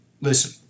listen